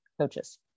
coaches